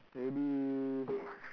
maybe